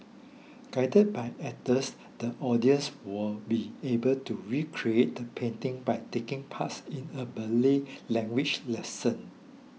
guided by actors the audience will be able to recreate the painting by taking parts in a Malay language lesson